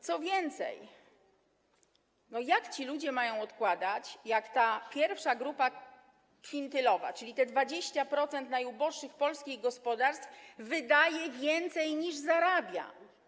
Co więcej, jak ci ludzie mają odkładać, jak ta pierwsza grupa kwintylowa, czyli te 20% najuboższych polskich gospodarstw, wydaje więcej, niż zarabia?